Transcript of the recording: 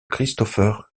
christopher